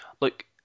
Look